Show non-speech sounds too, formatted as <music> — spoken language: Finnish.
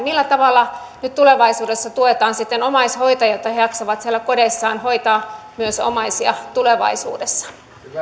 <unintelligible> millä tavalla nyt tulevaisuudessa tuetaan sitten omaishoitajia jotta he jaksavat siellä kodeissaan hoitaa myös omaisia tulevaisuudessa